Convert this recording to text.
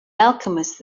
alchemist